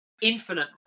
infinite